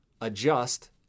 adjust